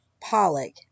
Pollock